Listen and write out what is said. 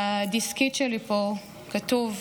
בדיסקית שלי פה כתוב: